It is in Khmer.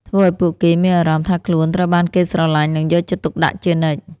ធ្វើឱ្យពួកគេមានអារម្មណ៍ថាខ្លួនត្រូវបានគេស្រឡាញ់ និងយកចិត្តទុកដាក់ជានិច្ច។